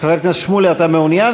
חבר הכנסת שמולי, אתה מעוניין?